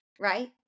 right